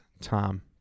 Tom